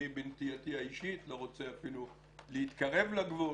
אני בנטייתי האישית לא רוצה אפילו להתקרב לגבול.